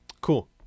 Cool